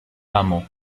hameau